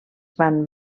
van